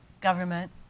government